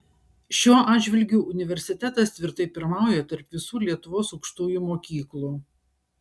šiuo atžvilgiu universitetas tvirtai pirmauja tarp visų lietuvos aukštųjų mokyklų